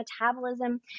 metabolism